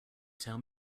tell